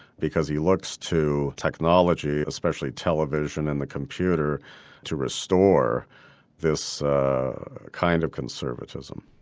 because he looks to technology, especially television and the computer to restore this kind of conservatism.